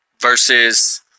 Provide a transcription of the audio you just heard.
versus